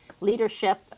leadership